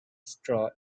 straw